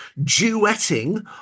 duetting